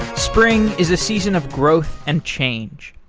spring is a season of growth and change.